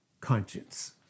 Conscience